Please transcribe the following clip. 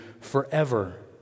forever